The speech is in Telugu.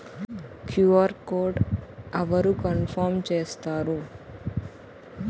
క్యు.ఆర్ కోడ్ అవరు కన్ఫర్మ్ చేస్తారు?